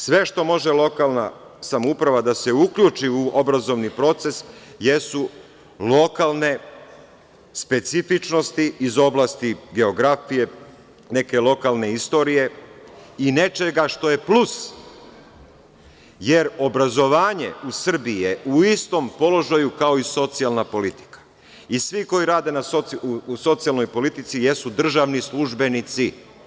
Sve gde može lokalna samouprava da se uključi u obrazovni proces jesu lokalne specifičnosti iz oblasti geografije, neke lokalne istorije i nečega što je plus, jer obrazovanje u Srbiji je u istom položaju kao i socijalna politika i svi koji rade u socijalnoj politici jesu državni službenici.